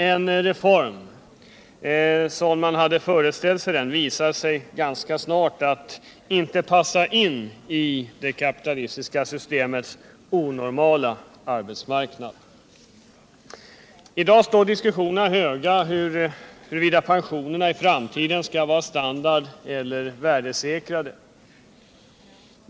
Den reform man från början hade föreställt sig visade sig ganska snart inte passa in i detta systems onormala arbetsmarknad. I dag går diskussionens vågor höga om huruvida pensionerna i framtiden skall vara standardeller värdesäkrade.